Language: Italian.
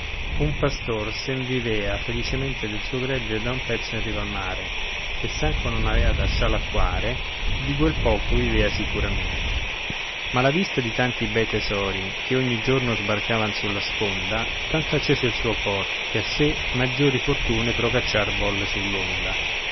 e il mare un pastor sen vivea felicemente del suo gregge da un pezzo in riva al mare e s'anco non avea da scialacquare di quel poco vivea sicuramente ma la vista di tanti bei tesori che ogni giorno sbarcavan sulla sponda tanto accese il suo cor che a sé maggiori fortune procacciar volle